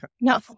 No